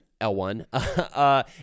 L1